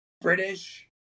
British